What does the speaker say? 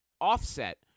offset